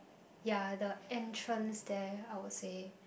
ya the entrance there I would say